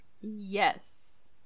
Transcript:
Yes